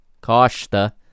Costa